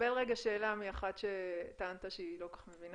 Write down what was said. קבל רגע שאלה מאחת שטענת שהיא לא כל כך מבינה.